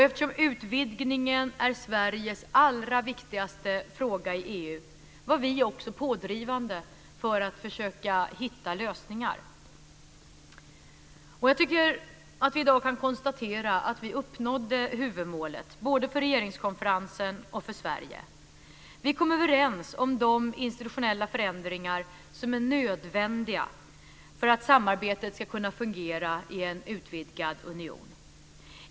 Eftersom utvidgningen är Sveriges allra viktigaste fråga i EU var vi också pådrivande för att försöka hitta lösningar. Jag tycker att vi i dag kan konstatera att vi uppnådde huvudmålet, både för regeringskonferensen och för Sverige. Vi kom överens om de institutionella förändringar som är nödvändiga för att samarbetet ska fungera i en utvidgad union.